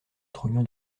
trognon